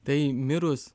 tai mirus